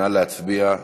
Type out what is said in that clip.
נא להצביע.